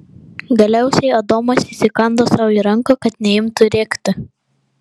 galiausiai adomas įsikando sau į ranką kad neimtų rėkti